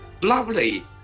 lovely